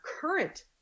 current